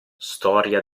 storia